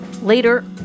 Later